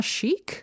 Chic